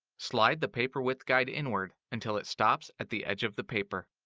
slide the paper width guide inward until it stops at the edge of the paper.